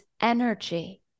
energy